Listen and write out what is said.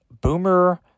Boomer